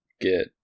get